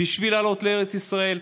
בשביל לעלות לארץ ישראל.